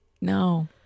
No